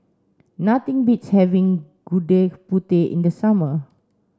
nothing beats having Gudeg Putih in the summer